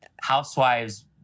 housewives